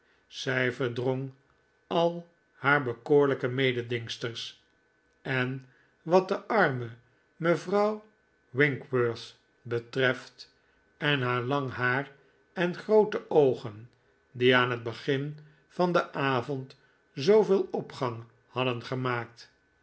zij verdrong al haar bekoorlijke mededingsters en wat de arme mevrouw winkworth betreft en haar lang haar en groote oogen die aan het begin van den avond zooveel opgang hadden gemaakt